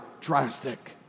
drastic